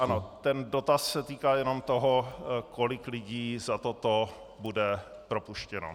Ano, ten dotaz se týká jenom toho, kolik lidí za toto bude propuštěno.